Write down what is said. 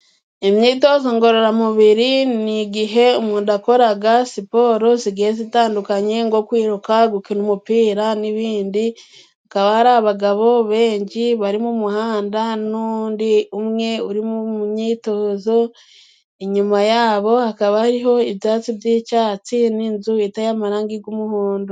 Imyitozo ngororamubiri ni igihe umuntu akora siporo zigiye zitandukanye nko kwiruka, gukina umupira n'ibindi. Hakaba hari abagabo benshi bari mu muhanda n'undi umwe uri mu myitozo, inyuma yabo hakaba hariho ibyatsi by'icyatsi n'inzu iteye amarangi y'umuhondo.